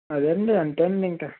అదేను అండి అంతే అండి ఇంకా